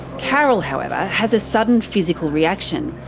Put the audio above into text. carol, however, has a sudden physical reaction.